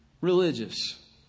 religious